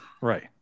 Right